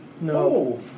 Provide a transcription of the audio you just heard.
No